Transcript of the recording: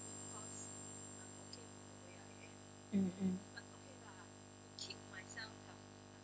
mm mm